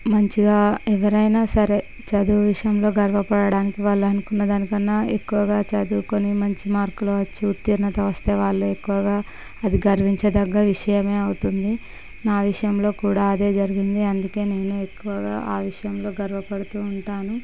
మంచిగా ఎవరైనా సరే చదువు విషయంలో గర్వపడడానికి వాళ్ళు అనుకున్నదానికన్నా ఎక్కువగా చదువుకొని మంచి మార్కులు వచ్చి ఉతీర్ణత వస్తే వాళ్ళు ఎక్కువగా అది గర్వించదగ్గ విషయమే అవుతుంది నా విషయంలో కూడా అదే జరిగింది అందుకే నేను ఎక్కువగా ఆ విషయంలో గర్వపడుతూ ఉంటాను